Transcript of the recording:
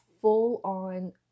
full-on